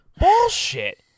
Bullshit